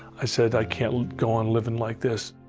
i said, i cant go on living like this.